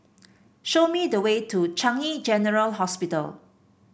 show me the way to Changi General Hospital